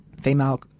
female